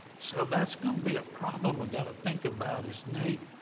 so that's going to be a problem we've got to think about is naep,